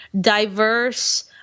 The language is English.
diverse